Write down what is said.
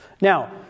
Now